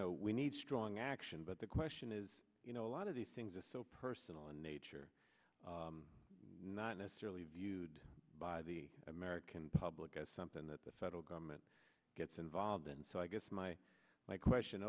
know we need strong action but the question is you know a lot of these things is so personal in nature not necessarily viewed by the american public as something that the federal government gets involved in so i guess my my question